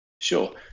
Sure